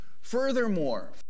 Furthermore